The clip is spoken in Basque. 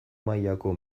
mailako